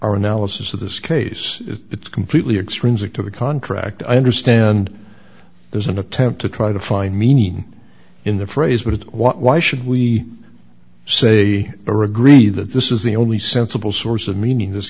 our analysis of this case is it's completely extrinsic to the contract i understand there's an attempt to try to find meaning in the phrase but what why should we say or agree that this is the only sensible source of meaning